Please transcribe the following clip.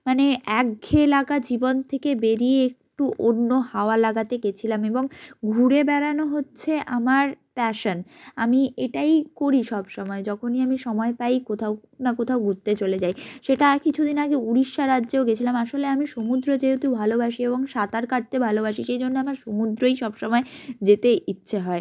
মানে একঘেয়ে লাগা জীবন থেকে বেরিয়ে একটু অন্য হাওয়া লাগাতে গিয়েছিলাম এবং ঘুরে বেড়ানো হচ্ছে আমার প্যাশন আমি এটাই করি সবসময় যখনই আমি সময় পাই কোথাও না কোথাও ঘুরতে চলে যাই সেটা কিছু দিন আগে উড়িষ্যা রাজ্যেও গিয়েছিলাম আসলে আমি সমুদ্র যেহেতু ভালোবাসি এবং সাঁতার কাটতে ভালোবাসি সেই জন্য আমার সমুদ্রই সবসময় যেতে ইচ্ছে হয়